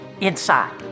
inside